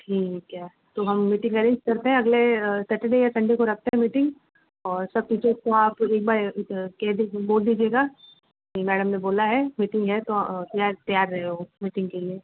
ठीक है तो हम मीटिंग अरैन्ज करते हैं अगले सैटरडे या संडे को रखते हैं मीटिंग और सब टीचर्स को आप एक बार कह दीजिए बोल दीजिएगा कि मैडम ने बोला है मीटिंग है तो याद से आ जाए वो मीटिंग के लिए